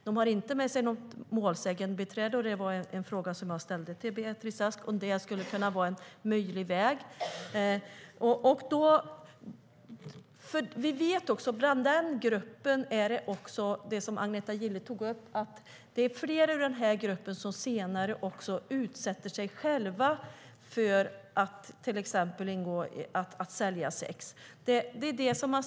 De har inte heller med sig något målsägandebiträde - jag frågade Beatrice Ask om det skulle kunna vara en möjlig väg. Vi vet också att det i den gruppen - det tog Agneta Gille upp - är flera som senare utsätter sig själva för att till exempel sälja sex.